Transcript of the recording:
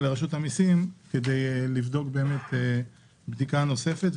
לרשות המיסים כדי לבדוק באמת בדיקה נוספת.